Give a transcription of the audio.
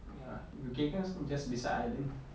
ya U_K kan just beside ireland